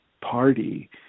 party